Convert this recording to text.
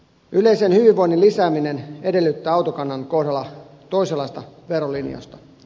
yleisen hyvinvoinnin lisääminen edellyttää autokannan kohdalla toisenlaista verolinjausta